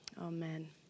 Amen